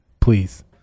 please